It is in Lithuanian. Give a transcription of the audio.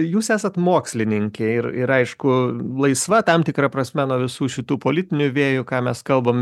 jūs esat mokslininkė ir ir aišku laisva tam tikra prasme nuo visų šitų politinių vėjų ką mes kalbam